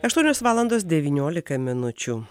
aštuonios valandos devyniolika minučių